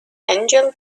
angel